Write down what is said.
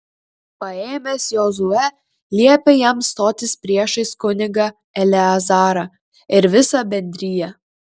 paėmęs jozuę liepė jam stotis priešais kunigą eleazarą ir visą bendriją